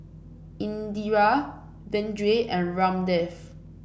Indira Vedre and Ramdev